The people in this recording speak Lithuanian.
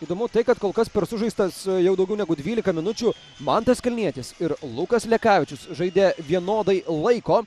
įdomu tai kad kol kas per sužaistas jau daugiau negu dvylika minučių mantas kalnietis ir lukas lekavičius žaidė vienodai laiko